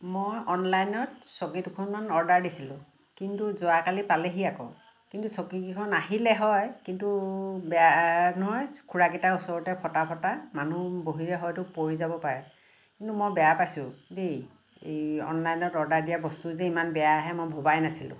মই অনলাইনত চকী দুখনমান অৰ্ডাৰ দিছিলোঁ কিন্তু যোৱাকালি পালেহি আকৌ কিন্তু চকীকেইখন আহিলে হয় কিন্তু বেয়া নহয় খোৰাকিটা ওচৰতে ফটা ফটা মানুহ বহিলে হয়তো পৰি যাব পাৰে কিন্তু মই বেয়া পাইছোঁ দেই এই অনলাইনত অৰ্ডাৰ দিয়া বস্তু যে ইমান বেয়া আহে মই ভবাই নাছিলোঁ